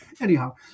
Anyhow